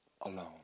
alone